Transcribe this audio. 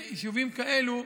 ויישובים כאלה,